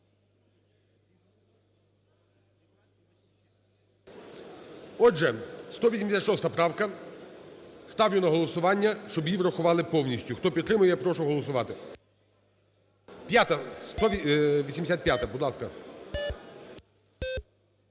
Отже, 186 правка. Ставлю на голосування, щоб її врахували повністю. Хто підтримує, я прошу голосувати. 185-а, будь ласка.